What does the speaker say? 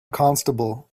constable